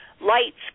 lights